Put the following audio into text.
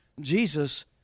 Jesus